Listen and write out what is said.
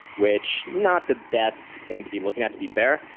which not the best thing to be looking at, to be fair,